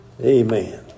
Amen